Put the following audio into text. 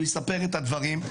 הוא יספר את הדברים.